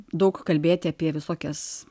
daug kalbėti apie visokias